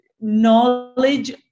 knowledge